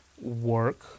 work